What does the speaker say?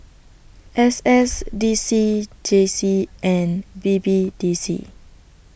S S D C J C and B B D C